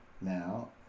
now